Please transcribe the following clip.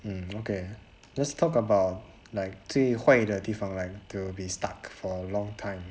um okay let's talk about like 最坏的地方 like to be stuck for a long time